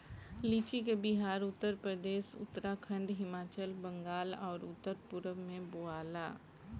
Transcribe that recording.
लीची के बिहार, उत्तरप्रदेश, उत्तराखंड, हिमाचल, बंगाल आउर उत्तर पूरब में बोआला